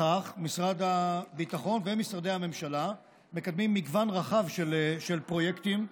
משרד הביטחון ומשרדי הממשלה מקדמים מגוון רחב של פרויקטים.